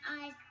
eyes